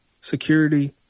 security